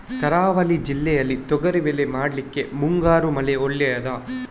ಕರಾವಳಿ ಜಿಲ್ಲೆಯಲ್ಲಿ ತೊಗರಿಬೇಳೆ ಮಾಡ್ಲಿಕ್ಕೆ ಮುಂಗಾರು ಮಳೆ ಒಳ್ಳೆಯದ?